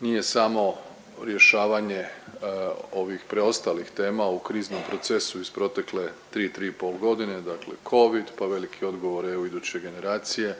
nije samo rješavanje ovih preostalih tema u kriznom procesu iz protekle 3, 3 i pol godine, dakle Covid pa velike odgovore u iduće generacije